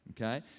okay